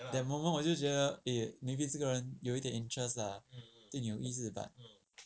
that moment 我就觉得 eh maybe 这个人有一点 interest lah 对你有意思 but